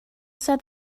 said